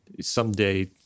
someday